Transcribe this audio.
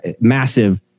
massive